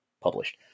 published